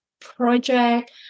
project